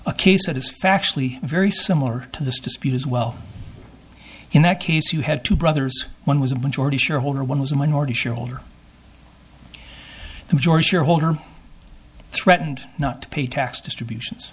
a case that is factually very similar to this dispute as well in that case you had two brothers one was a majority shareholder one was a minority shareholder the majority shareholder threatened not to pay tax distributions